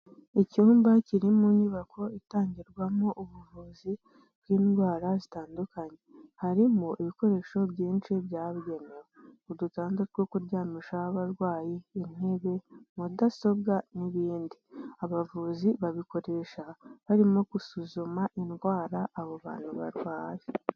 Icyumba kiri mu nyubako itangirwamo ubuvuzi bw'indwara zitandukanye, harimo ibikoresho byinshi byabugenewe, udutanda two kuryamisha abarwayi, intebe Mudasobwa n'ibindi, abavuzi babikoresha barimo gusuzuma indwara abo bantu barwaye.